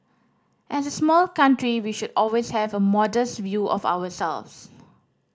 as a small country we should always have a modest view of ourselves